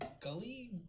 Gully